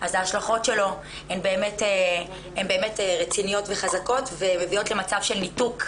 אז ההשלכות שלו הן באמת רציניות וחזקות ומביאות למצב של ניתוק,